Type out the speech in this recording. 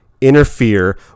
interfere